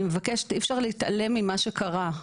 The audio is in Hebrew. אני מבקשת, אי אפשר להתעלם ממה שקרה,